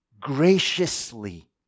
graciously